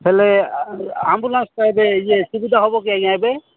ହେଲେ ଆମ୍ୱୁଲାସ୍ଟା ଏବେ ଇଏ ସୁବିଧା ହେବ କି ଆଜ୍ଞା ଏବେ